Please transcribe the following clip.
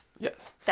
Yes